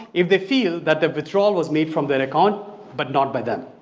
if they feel that the withdrawal was made from their account but not by them.